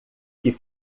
que